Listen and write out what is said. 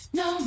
no